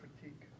critique